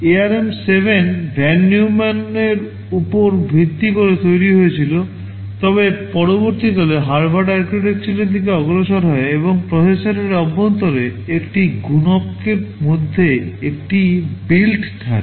ARM 7 von নিউম্যানের উপর ভিত্তি করে তৈরি হয়েছিল তবে পরবর্তীকালে হার্ভার্ড আর্কিটেকচারের দিকে অগ্রসর হয় এবং প্রসেসরের অভ্যন্তরে একটি গুণক মধ্যে একটি বিল্ট থাকে